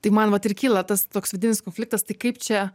tai man vat ir kyla tas toks vidinis konfliktas tai kaip čia